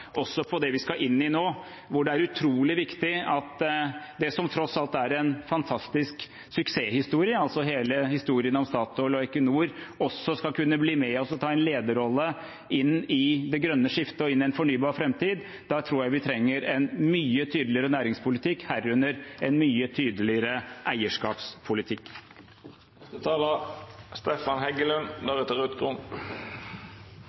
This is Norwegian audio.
også på det vi skal inn i nå, hvor det er utrolig viktig at det som tross alt er en fantastisk suksesshistorie, altså hele historien om Statoil og Equinor, også skal kunne bli med oss og ta en lederrolle inn i det grønne skiftet og inn i en fornybar framtid. Da tror jeg vi trenger en mye tydeligere næringspolitikk, herunder en mye tydeligere